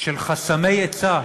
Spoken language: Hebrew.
של חסמי היצע.